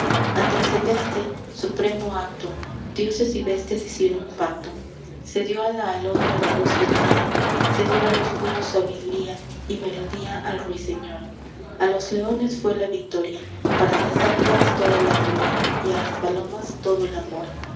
ante el celeste supremo acto dioses y bestias hicieron pacto se dió a la alondra la luz del día se dió a los buhos sabiduría y melodía al ruiseñor a los leones fué la victoria para las águilas toda la gloria y a las palomas todo el amor